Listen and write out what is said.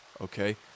okay